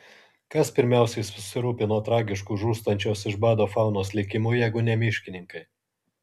kas pirmiausiai susirūpino tragišku žūstančios iš bado faunos likimu jeigu ne miškininkai